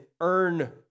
earn